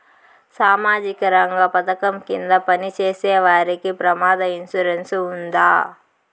సామాజిక రంగ పథకం కింద పని చేసేవారికి ప్రమాద ఇన్సూరెన్సు ఉందా?